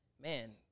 man